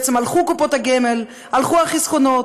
אז הלכו קופות הגמל, הלכו החסכונות,